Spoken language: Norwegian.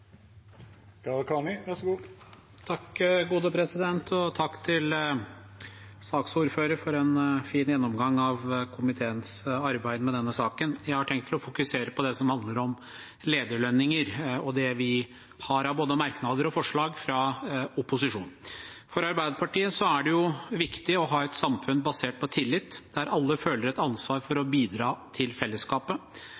til saksordføreren for en fin gjennomgang av komiteens arbeid med denne saken. Jeg har tenkt å fokusere på det som handler om lederlønninger, og det vi har av både merknader og forslag fra opposisjonen. For Arbeiderpartiet er det viktig å ha et samfunn basert på tillit, der alle føler et ansvar for å